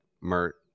Mert